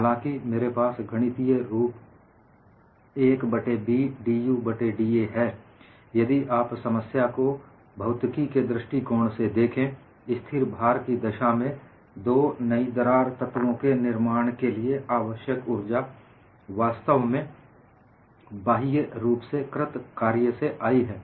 हालांकि मेरे पास गणितीय रूप 1 बट्टे B dU बट्टे da हैयदि आप समस्या को भौतिकी के दृष्टिकोण से देखें स्थिर भार की दशा में दो नई दरार तत्वों के निर्माण के लिए आवश्यक ऊर्जा वास्तव में बाह्य रूप से कृत कार्य से आई है